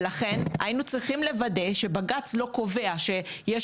לכן היינו צריכים לוודא שבג"צ לא קובע שיש